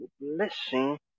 blessing